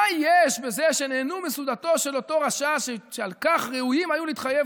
מה יש בזה שנהנו מסעודתו של אותו רשע שעל כך ראויים היו להתחייב